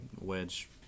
wedge